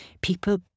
people